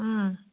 ꯎꯝ